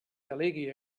delegui